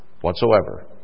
whatsoever